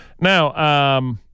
Now